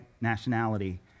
nationality